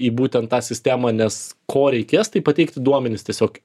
į būtent tą sistemą nes ko reikės tai pateikti duomenis tiesiog